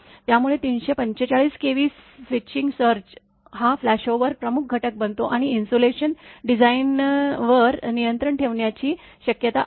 त्यामुळे ३४५ KV switching surge हा फ्लॅशओव्हरचा प्रमुख घटक बनतो आणि इन्सुलेशन डिझाइनवर नियंत्रण ठेवण्याची शक्यता अधिक असते